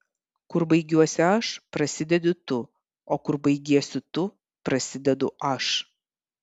kur baigiuosi aš prasidedi tu o kur baigiesi tu prasidedu aš